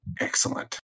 Excellent